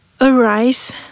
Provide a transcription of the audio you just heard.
arise